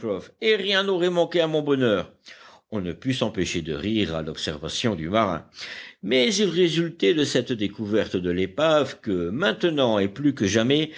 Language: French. et rien n'aurait manqué à mon bonheur on ne put s'empêcher de rire à l'observation du marin mais il résultait de cette découverte de l'épave que maintenant et plus que jamais